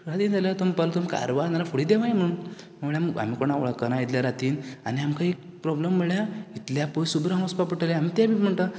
रातीं जालां तो म्हणपाक लागलो तुमी कारवार फुडें देवाय म्हणून म्हणलें आमी कोणांक वळखना इतले रातीन आनी आमकां एक प्रोब्लम म्हळ्यार इतल्या पयस उबें रावन वसपा पडटलें आमी तें बी म्हणटा